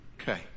Okay